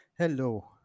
Hello